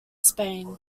spain